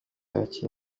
yakira